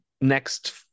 next